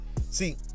See